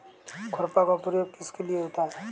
खुरपा का प्रयोग किस लिए होता है?